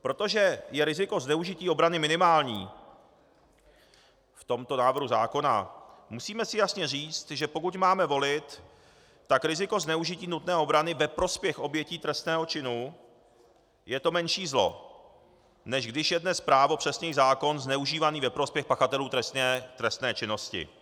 Protože je riziko zneužití obrany minimální v tomto návrhu zákona, musíme si jasně říct, že pokud máme volit, tak riziko zneužití nutné obrany ve prospěch obětí trestného činu je to menší zlo, než když je dnes právo, přesněji zákon zneužívaný ve prospěch pachatelů trestné činnosti.